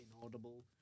inaudible